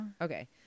Okay